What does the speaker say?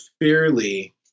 fairly